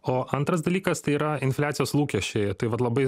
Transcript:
o antras dalykas tai yra infliacijos lūkesčiai tai vat labai